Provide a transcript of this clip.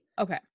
Okay